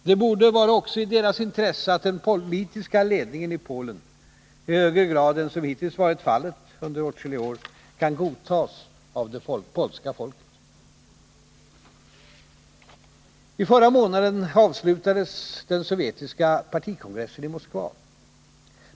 Det borde vara också i deras intresse att den politiska ledningen i Polen, i högre grad än som varit fallet sedan åtskilliga år tillbaka, kan godtas av det polska folket. I förra månaden avslutades den sovjetiska partikongressen i Moskva.